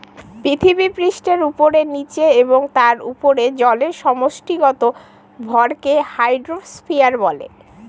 পৃথিবীপৃষ্ঠের উপরে, নীচে এবং তার উপরে জলের সমষ্টিগত ভরকে হাইড্রোস্ফিয়ার বলে